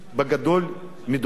בגדול, מדובר.